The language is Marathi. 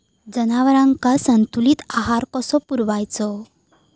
जनावरांका संतुलित आहार कसो पुरवायचो?